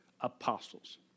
apostles